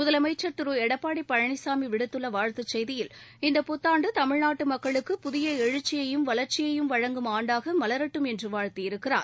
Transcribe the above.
முதலமைச்சள் திரு எடப்பாடி பழனிசாமி விடுத்துள்ள வாழ்த்துச் செய்தியில் இந்த புத்தாண்டு தமிழ்நாட்டு மக்களுக்கு புதிய எழுச்சியையும் வளா்ச்சியையும் வழங்கும் ஆண்டாக மலரட்டும் என்று வாழ்த்தியிருக்கிறார்